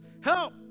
help